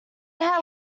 had